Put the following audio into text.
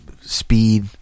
speed